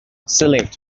select